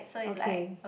okay